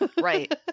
Right